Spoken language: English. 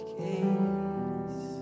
case